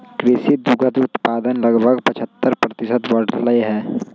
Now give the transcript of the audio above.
कृषि दुग्ध उत्पादन लगभग पचहत्तर प्रतिशत बढ़ लय है